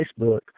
Facebook